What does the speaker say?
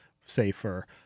safer